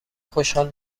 خوشحال